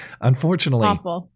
Unfortunately